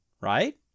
right